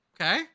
okay